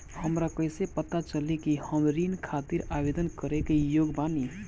हमरा कईसे पता चली कि हम ऋण खातिर आवेदन करे के योग्य बानी?